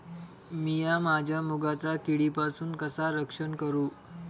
मीया माझ्या मुगाचा किडीपासून कसा रक्षण करू?